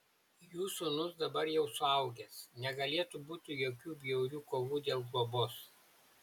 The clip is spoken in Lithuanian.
jų sūnus dabar jau suaugęs negalėtų būti jokių bjaurių kovų dėl globos